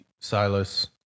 Silas